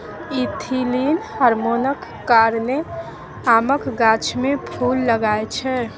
ethylene हार्मोनक कारणेँ आमक गाछ मे फुल लागय छै